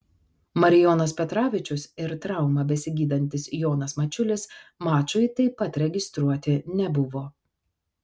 marijonas petravičius ir traumą besigydantis jonas mačiulis mačui taip pat registruoti nebuvo